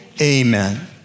amen